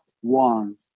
one